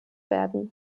werden